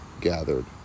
gathered